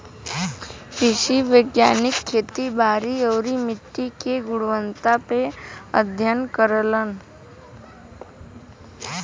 कृषि वैज्ञानिक खेती बारी आउरी मट्टी के गुणवत्ता पे अध्ययन करलन